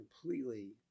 completely